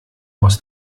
aus